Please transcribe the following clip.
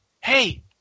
hey